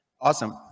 Awesome